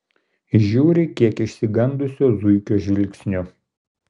žiūri kiek išsigandusio zuikio žvilgsniu